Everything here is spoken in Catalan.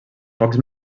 pocs